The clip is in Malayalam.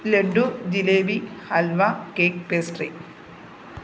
laddu jalebi halwa cake pastry